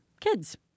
kids